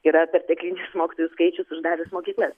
yra perteklinis mokytojų skaičius uždarius mokyklas